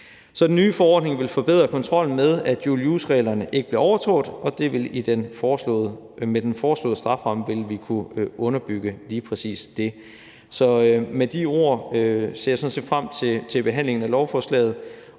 Så den nye for forordning vil forbedre kontrollen med, at dual use-reglerne ikke bliver overtrådt, og med den foreslåede strafferamme vil vi kunne underbygge lige præcis det. Med de ord ser jeg ser frem til behandlingen af lovforslaget